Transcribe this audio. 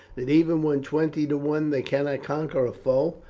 that even when twenty to one they cannot conquer a foe?